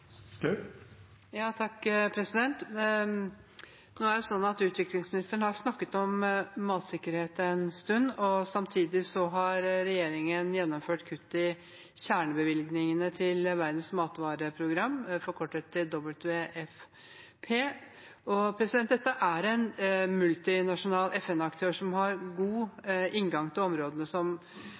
Utviklingsministeren har snakket om matsikkerhet en stund. Samtidig har regjeringen gjennomført kutt i kjernebevilgningene til Verdens matvareprogram, forkortet WFP. Dette er en multinasjonal FN-aktør som har god inngang til områdene